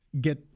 get